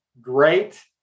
great